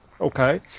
okay